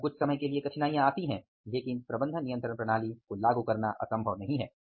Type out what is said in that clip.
अतः कुछ समय के लिए कठिनाइयाँ आती हैं लेकिन MCS को लागू करना असंभव नहीं है